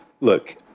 look